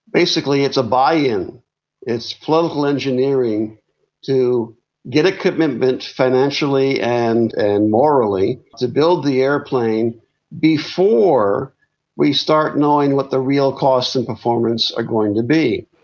basically it's a buy-in. it's political engineering to get a commitment financially and and morally to build the aeroplane before we start knowing what the real cost and performance are going to be.